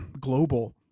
global